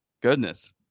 Goodness